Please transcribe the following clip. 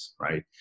right